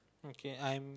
okay I'm